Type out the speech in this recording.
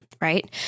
right